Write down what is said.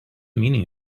meaning